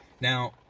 Now